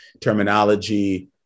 terminology